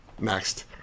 Next